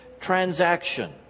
transaction